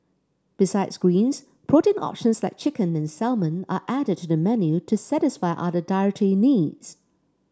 besides greens protein options like chicken and salmon are added to the menu to satisfy other dietary needs